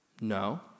No